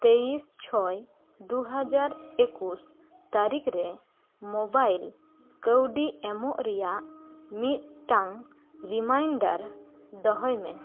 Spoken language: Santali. ᱛᱮᱭᱤᱥ ᱪᱷᱚᱭ ᱫᱩ ᱦᱟᱡᱟᱨ ᱮᱠᱩᱥ ᱛᱟᱨᱤᱠᱷ ᱨᱮ ᱢᱚᱵᱟᱭᱤᱞ ᱠᱟᱹᱣᱰᱤ ᱮᱢᱚᱜ ᱨᱮᱭᱟᱜ ᱢᱤᱫᱴᱟᱝ ᱨᱤᱢᱟᱭᱤᱱᱰᱟᱨ ᱫᱚᱦᱚᱭ ᱢᱮ